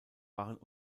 waren